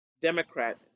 Democrat